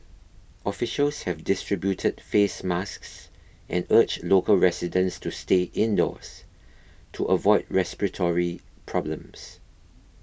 officials have distributed face masks and urged local residents to stay indoors to avoid respiratory problems